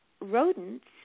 rodents